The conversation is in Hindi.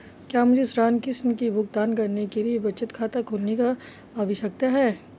क्या मुझे ऋण किश्त का भुगतान करने के लिए बचत खाता खोलने की आवश्यकता है?